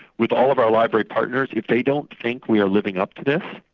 with all of our library partners, if they don't think we are living up to this,